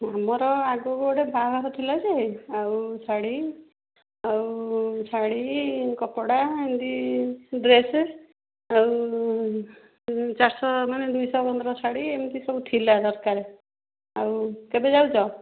ଆମର ଆଗକୁ ଗୋଟେ ବାହାଘର ଥିଲା ଯେ ଆଉ ଶାଢ଼ୀ ଆଉ ଶାଢ଼ୀ କପଡ଼ା ଏମିତି ଡ୍ରେସ୍ ଆଉ ଚାରିଶହ ମାନେ ଦୁଇଶହ ପନ୍ଦର ଶାଢ଼ୀ ଏମିତି ସବୁ ଥିଲା ଦରକାରେ ଆଉ କେବେ ଯାଉଛ